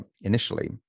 initially